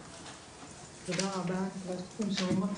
שלום.